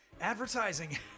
advertising